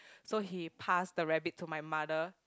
so he passed the rabbit to my mother